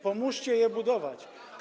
Pomóżcie je budować.